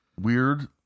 weird